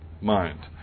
mind